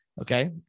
okay